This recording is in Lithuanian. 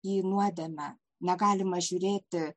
į nuodėmę negalima žiūrėti